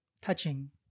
touching